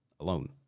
alone